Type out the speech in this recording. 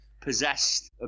possessed